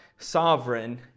sovereign